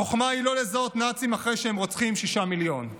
החוכמה היא לא לזהות נאצים אחרי שהם רוצחים שישה מיליון,